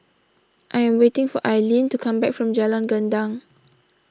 I am waiting for Ailene to come back from Jalan Gendang